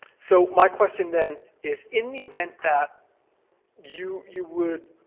so my question, then, is in the event that you you would